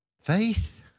Faith